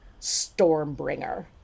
Stormbringer